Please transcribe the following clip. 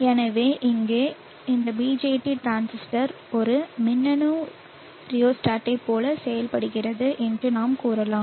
எனவே இங்கே இந்த BJT டிரான்சிஸ்டர் ஒரு மின்னணு ரியோஸ்டாட் போல செயல்படுகிறது என்று நாம் கூறலாம்